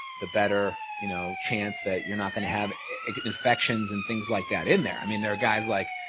the better, you know, chance that you're not going to have infections and things like that in there. i mean, there are guys like,